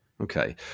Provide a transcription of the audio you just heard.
okay